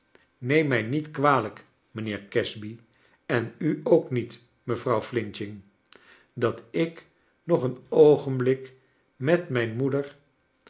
neem mij niet kwalijk mijnheer casby en u ook niet mevrouw flinching dat ik nog een oogenblik met mijn moeder